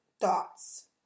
thoughts